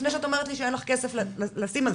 לפני שאת אומרת לי שאין לך כסף לשים על זה?